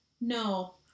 No